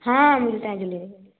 हाँ मिलता है मिलेगा